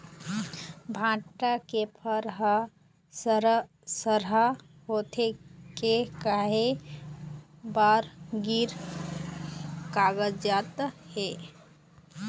भांटा के फर हर सरहा होथे के काहे बर गिर कागजात हे?